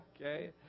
Okay